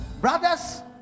Brothers